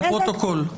לפרוטוקול.